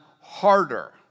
harder